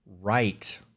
Right